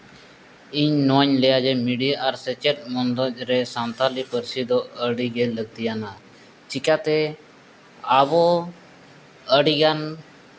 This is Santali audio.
ᱤᱧ ᱱᱚᱣᱟᱧ ᱞᱟᱹᱭᱟ ᱡᱮ ᱢᱤᱰᱤᱭᱟ ᱟᱨ ᱥᱮᱪᱮᱫ ᱵᱚᱱᱫᱮᱹᱡᱽ ᱨᱮ ᱥᱟᱱᱛᱟᱞᱤ ᱯᱟᱹᱨᱥᱤ ᱫᱚ ᱟᱹᱰᱤᱜᱮ ᱞᱟᱹᱠᱛᱤᱭᱟᱱᱟᱜ ᱪᱤᱠᱟᱹᱛᱮ ᱟᱵᱚ ᱟᱹᱰᱤᱜᱟᱱ